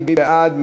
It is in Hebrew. מי בעד?